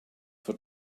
for